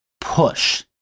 push